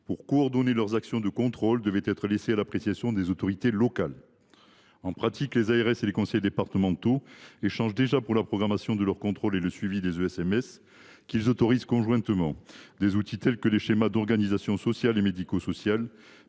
pour coordonner leurs actions de contrôle devaient être laissées à l’appréciation des autorités locales. En pratique, les ARS et les conseils départementaux échangent déjà pour la programmation de leurs contrôles et le suivi des ESMS qu’ils autorisent conjointement. Des outils tels que les schémas d’organisation sociale et médico sociale